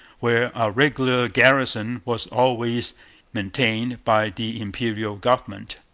where a regular garrison was always maintained by the imperial government.